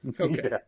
Okay